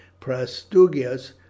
Prastugius